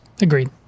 Agreed